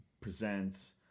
presents